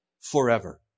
forever